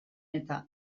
eta